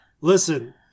Listen